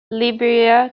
liberia